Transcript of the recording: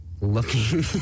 looking